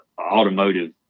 automotive